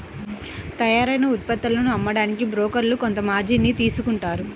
తయ్యారైన ఉత్పత్తులను అమ్మడానికి బోకర్లు కొంత మార్జిన్ ని తీసుకుంటారు